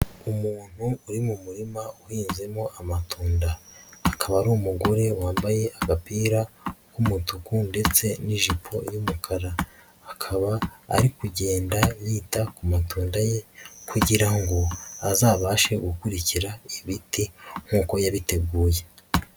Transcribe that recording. Umuntu uri mu murima uhinzemo amatunda, akaba ari umugore wambaye agapira k'umutuku ndetse n'ijipo y'umukara, akaba ari kugenda bita ku matunda ye kugira ngo azabashe gukurikira ibiti nk'uko yabiteguye.